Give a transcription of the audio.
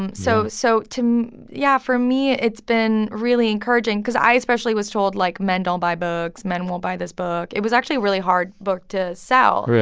and so so to yeah, for me, it's been really encouraging cause i especially was told, like, men don't buy books. men won't buy this book. it was actually a really hard book to sell really?